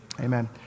Amen